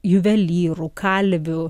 juvelyrų kalvių